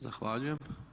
Zahvaljujem.